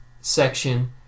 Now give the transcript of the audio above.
section